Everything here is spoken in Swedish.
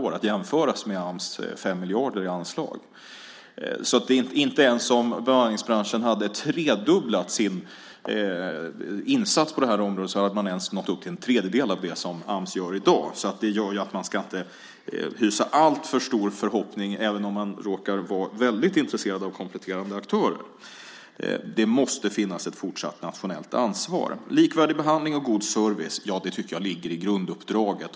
Det kan jämföras med Ams 5 miljarder i anslag. Inte ens om bemanningsbranschen hade tredubblat sin insats på det här området hade man nått upp till en tredjedel av det som Ams gör i dag. Det gör ju att man inte ska hysa alltför stor förhoppning även om man råkar vara väldigt intresserad av kompletterande aktörer. Det måste finnas ett fortsatt nationellt ansvar. Likvärdig behandling och god service - ja, det tycker jag ligger i grunduppdraget.